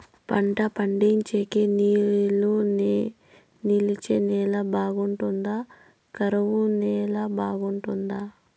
పంట పండించేకి నీళ్లు నిలిచే నేల బాగుంటుందా? కరువు నేల బాగుంటుందా?